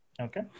Okay